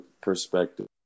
perspective